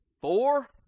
four